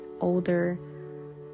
older